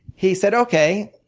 he said okay,